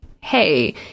hey